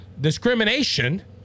discrimination